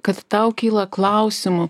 kad tau kyla klausimų